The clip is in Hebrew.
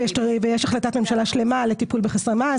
יש החלטת ממשלה שלמה לטיפול בחסרי מעש.